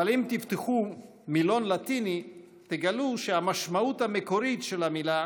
אבל אם תפתחו מילון לטיני תגלו שהמשמעות המקורית של המילה